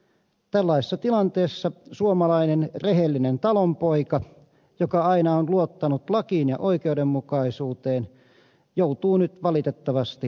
tällaisessa tilanteessa suomalainen rehellinen talonpoika joka aina on luottanut lakiin ja oikeudenmukaisuuteen joutuu nyt valitettavasti olemaan